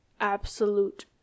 absolute